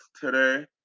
today